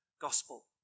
gospel